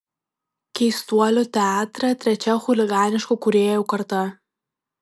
keistuolių teatre trečia chuliganiškų kūrėjų karta